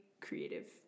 creative